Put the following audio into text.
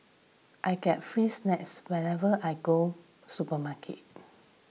I get free snacks whenever I go supermarket